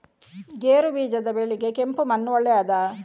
ಗೇರುಬೀಜದ ಬೆಳೆಗೆ ಕೆಂಪು ಮಣ್ಣು ಒಳ್ಳೆಯದಾ?